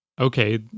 okay